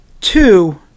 two